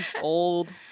old